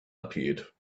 appeared